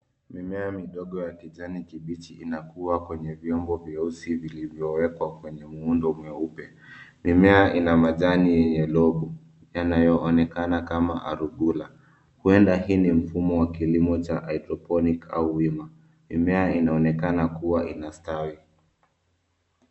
Mimea midogo ya kijani kibichi, inakuwa kwenye vyombo vyeusi vilivyowekwa kwenye muundo mweupe. Mimea ina majani ya lobu yanayoonekana kama arugula. Huenda hii ni kilimo cha hydroponic au wima. Mimea inaonekana kuwa inastawi.